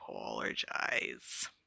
apologize